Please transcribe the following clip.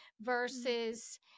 versus